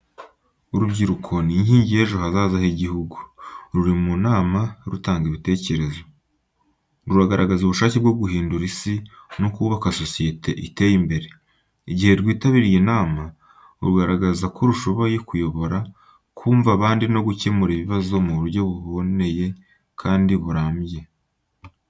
Urubyiruko ni inkingi y’ejo hazaza h'igihugu, ruri munama rutanga ibitekerezo. Ruragaragaza ubushake bwo guhindura Isi no kubaka sosiyete iteye imbere. Igihe rwitabiriye inama, rugaragaza ko rushoboye kuyobora, kumva abandi no gukemura ibibazo mu buryo buboneye kandi burambye.